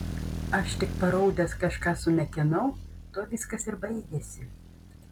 aš tik paraudęs kažką sumekenau tuo viskas ir baigėsi